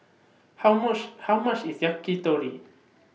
How How much IS Yakitori